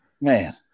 man